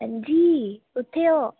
हां जी कुत्थें ओ